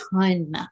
ton